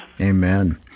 Amen